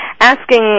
asking